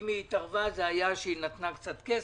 אם היא התערבה זה כשהיא נתנה קצת כסף,